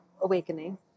awakening